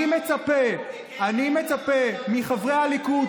אני מצפה ------ אני מצפה מחברי הליכוד,